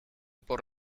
por